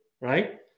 right